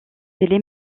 télé